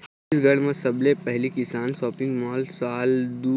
छत्तीसगढ़ म सबले पहिली किसान सॉपिंग मॉल साल दू